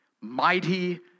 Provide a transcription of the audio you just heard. Mighty